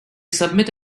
submit